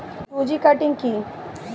Two G cutting কি?